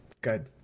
good